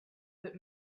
would